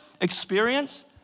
experience